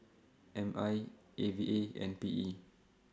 M I A V A and P E